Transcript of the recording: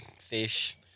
fish